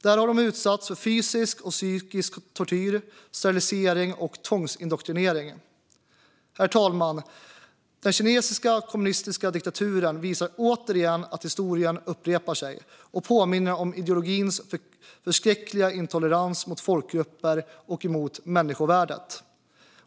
Där har de utsatts för fysisk och psykisk tortyr, sterilisering och tvångsindoktrinering. Herr talman! Den kinesiska kommunistiska diktaturen visar återigen att historien upprepar sig och påminner om ideologins förskräckliga intolerans mot folkgrupper och mot människovärdet.